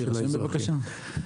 עם האזרחים.